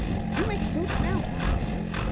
you make suits now? yeah, we do.